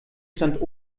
stand